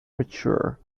mature